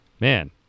man